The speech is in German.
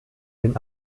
den